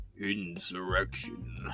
insurrection